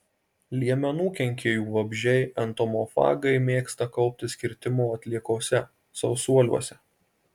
liemenų kenkėjų vabzdžiai entomofagai mėgsta kauptis kirtimo atliekose sausuoliuose